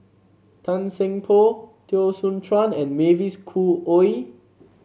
Tan Seng Poh Teo Soon Chuan and Mavis Khoo Oei